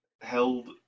held